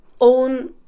own